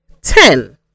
ten